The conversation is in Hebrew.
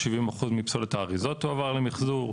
70% מפסולת האריזות תועבר למחזור,